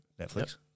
Netflix